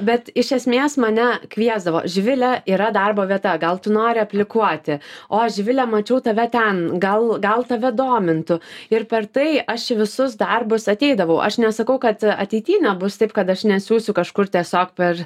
bet iš esmės mane kviesdavo živile yra darbo vieta gal tu nori aplikuoti o živile mačiau tave ten gal gal tave domintų ir per tai aš į visus darbus ateidavau aš nesakau kad ateity nebus taip kad aš nesiųsiu kažkur tiesiog per